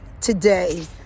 today